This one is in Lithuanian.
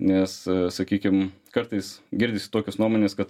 nes sakykim kartais girdisi tokios nuomonės kad